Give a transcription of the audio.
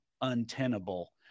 untenable